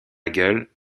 gueule